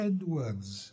Edwards